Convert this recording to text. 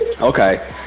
Okay